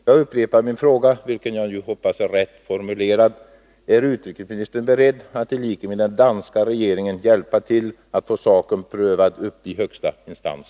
Jag upprepar min fråga, vilken jag hoppas nu är rätt formulerad: Är utrikesministern beredd att i likhet med danska regeringen hjälpa till att få saken prövad i högsta instans?